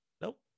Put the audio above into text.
Nope